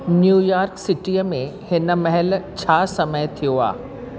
New York सिटीअ में हिन महिल छा समय थियो आहे